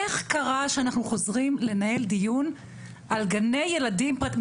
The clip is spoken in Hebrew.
איך קרה שאנחנו חוזרים לנהל דיון על גני ילדים פרטיים?